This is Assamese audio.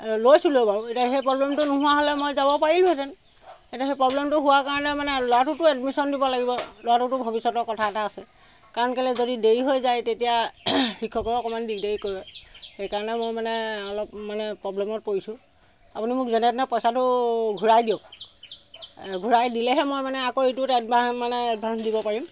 লৈছিলোঁৱে বাৰু এতিয়া সেই প্ৰবলেমটো নোহোৱা হ'লে মই যাব পাৰিলোহেঁতেন এতিয়া সেই প্ৰবলেমটো হোৱা কাৰণে মানে ল'ৰাটোতো এডমিশ্যন দিব লাগিব ল'ৰাটোতো ভৱিষ্যতৰ কথা এটা আছে কাৰণ কেলৈ যদি দেৰি হৈ যায় তেতিয়া শিক্ষকেও অকমান দিগদাৰী কৰে সেইকাৰণে মই মানে অলপ মানে প্ৰবলেমত পৰিছোঁ আপুনি মোক যেনে তেনে পইচাটো ঘূৰাই দিয়ক ঘূৰাই দিলেহে মই মানে আকৌ ইটোত এডভাঞ্চ মানে এডভাঞ্চ দিব পাৰিম